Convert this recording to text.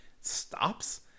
stops